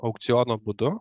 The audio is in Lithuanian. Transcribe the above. aukciono būdu